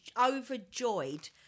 overjoyed